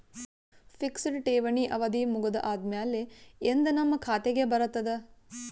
Fixed ಠೇವಣಿ ಅವಧಿ ಮುಗದ ಆದಮೇಲೆ ಎಂದ ನಮ್ಮ ಖಾತೆಗೆ ಬರತದ?